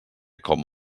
com